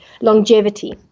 longevity